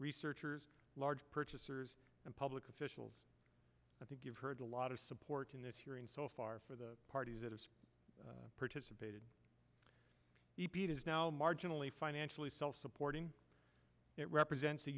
researchers large purchasers and public officials i think you've heard a lot of support in this hearing so far for the parties that have participated epeat is now marginally financially self supporting it represents a